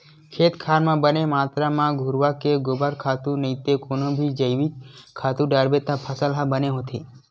खेत खार म बने मातरा म घुरूवा के गोबर खातू नइते कोनो भी जइविक खातू डारबे त फसल ह बने होथे